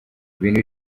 ibintu